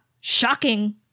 shocking